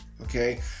okay